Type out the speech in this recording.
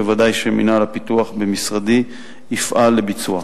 ודאי שמינהל הפיתוח במשרדי יפעל לביצוע.